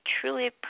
truly